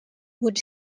would